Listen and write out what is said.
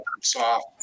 soft